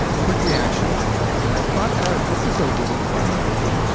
quick reactions my thoughts are this is a really funny movie.